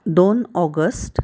दोन ऑगस्ट